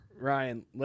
Ryan